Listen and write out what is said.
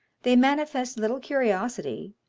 they manifest little curiosity.